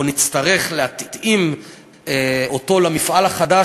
או שנצטרך להתאים אותו למפעל החדש,